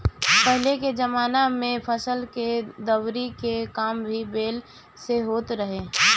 पहिले के जमाना में फसल के दवरी के काम भी बैल से होत रहे